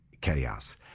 chaos